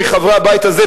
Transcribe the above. מחברי הבית הזה,